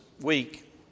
week